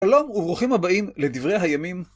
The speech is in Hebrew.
שלום וברוכים הבאים לדברי הימים.